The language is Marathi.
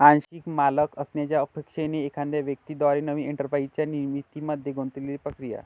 आंशिक मालक असण्याच्या अपेक्षेने एखाद्या व्यक्ती द्वारे नवीन एंटरप्राइझच्या निर्मितीमध्ये गुंतलेली प्रक्रिया